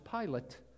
Pilate